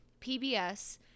pbs